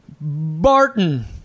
Barton